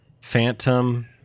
Phantom